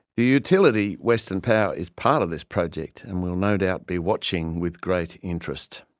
the utility, western power, is part of this project and will no doubt be watching with great interest.